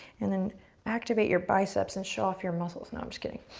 and then activate your biceps and show off your muscles. no, i'm just kidding.